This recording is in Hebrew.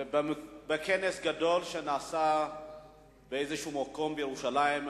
שבכנס גדול שנעשה באיזשהו מקום בירושלים,